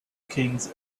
kings